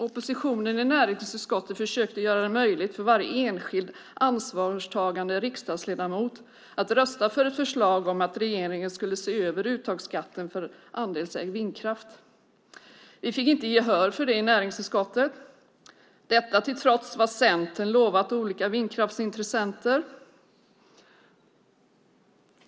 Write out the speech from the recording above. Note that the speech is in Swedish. Oppositionen i näringsutskottet försökte göra det möjligt för varje enskild ansvarstagande riksdagsledamot att rösta för ett förslag om att regeringen ska se över uttagsbeskattningen för andelsägd vindkraft. Vi fick inte gehör för det i näringsutskottet - detta till trots vad Centern lovat olika vindkraftsintressenter.